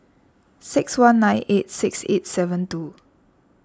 six one nine eight six eight seven two